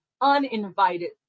uninvited